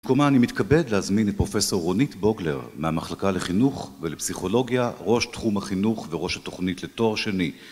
במקומה אני מתכבד להזמין את פרופ' רונית בוגלר מהמחלקה לחינוך ולפסיכולוגיה, ראש תחום החינוך וראש התוכנית לתואר שני